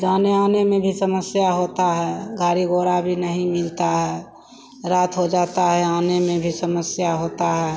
जाने आने में भी समस्या होती है गाड़ी घोड़ा भी नहीं मिलता है रात हो जाता है आने में भी समस्या होती है